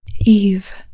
Eve